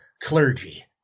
clergy